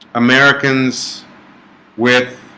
americans with